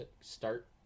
start